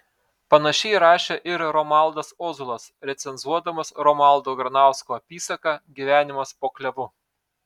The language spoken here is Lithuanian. panašiai rašė ir romualdas ozolas recenzuodamas romualdo granausko apysaką gyvenimas po klevu